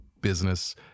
business